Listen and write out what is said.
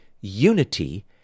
unity